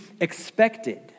expected